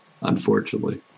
unfortunately